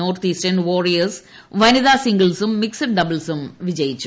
north Eastern Warriors വനിതാ സിംഗിൾസും mixed ഡബിൾസും വിജയിച്ചു